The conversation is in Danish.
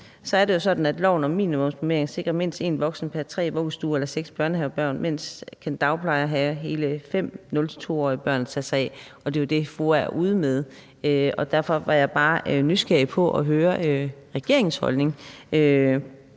Det er jo sådan, at loven om minimumsnormeringer sikrer mindst én voksen pr. tre vuggestuebørn eller seks børnehavebørn, mens man som dagplejer kan have hele fem 0-2-årige børn at tage sig af. Og det er jo det, FOA er ude med. Derfor var jeg bare nysgerrig på at høre regeringens holdning